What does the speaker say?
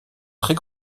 très